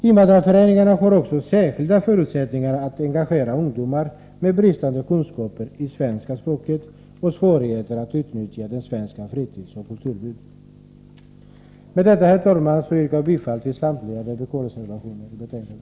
Invandrarföreningarna har också särskilda förutsättningar att engagera ungdomar med bristande kunskaper i svenska språket och svårigheter att utnyttja det svenska fritidsoch kulturutbudet. Med detta, herr talman, yrkar jag bifall till samtliga vpk-reservationer vid betänkandet.